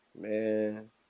man